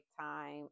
time